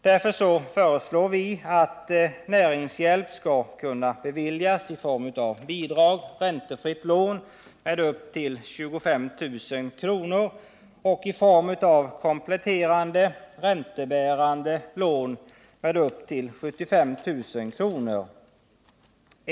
Därför föreslår vi att näringshjälp skall kunna beviljas i form av bidrag eller räntefritt lån med upp till 25 000 kr. och i form av kompletterande räntebärande lån med upp till 75 000 kr.